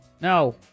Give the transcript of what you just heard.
No